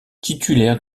titulaire